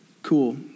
Cool